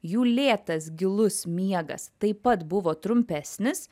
jų lėtas gilus miegas taip pat buvo trumpesnis